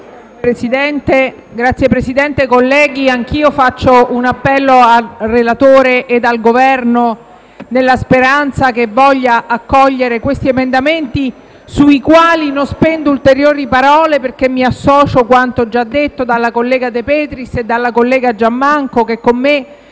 Signor Presidente, colleghi, anch'io rivolgo un appello al relatore e al rappresentante del Governo nella speranza che voglia accogliere questi emendamenti, sui quali non spendo ulteriori parole, perché mi associo a quanto già detto dalle colleghe De Petris e Giammanco che con me